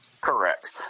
Correct